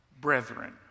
brethren